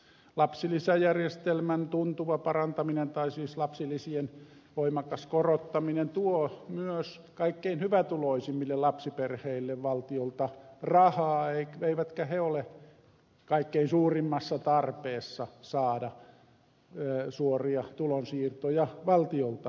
lapsilisäjärjestelmän tuntuva parantaminen tai siis lapsilisien voimakas korottaminen tuo myös kaikkein hyvätuloisimmille lapsiperheille valtiolta rahaa eivätkä ne ole kaikkein suurimmassa tarpeessa saada suoria tulonsiirtoja valtiolta